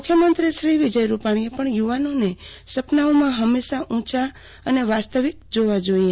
મુખ્યમંત્રીશ્રી વિજયરૂપાણીએ પણ યુવાનોને સપનાઓ હંમેશા ઉચા અને વાસ્તવિક જોવા જોઈએ